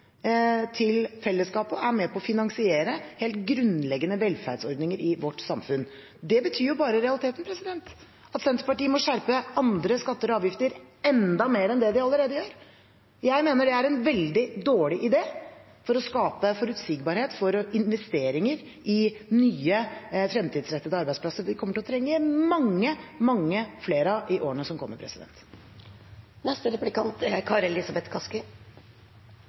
til fellesskapet og er med på å finansiere helt grunnleggende velferdsordninger i vårt samfunn. Det betyr bare i realiteten at Senterpartiet må skjerpe andre skatter og avgifter enda mer enn det de allerede gjør. Jeg mener det er en veldig dårlig idé for å skape forutsigbarhet for investeringer i nye, fremtidsrettede arbeidsplasser som vi kommer til å trenge mange, mange flere av i årene som kommer.